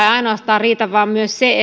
ja ei riitä ainoastaan se